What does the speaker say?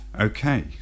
Okay